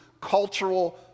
cultural